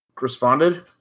responded